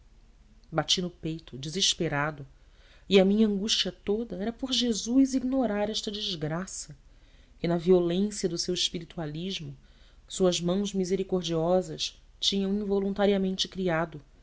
bati no peito desesperado e a minha angústia toda era por jesus ignorar esta desgraça que na violência do seu espiritualismo suas mãos misericordiosas tinham involuntariamente criado